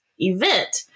event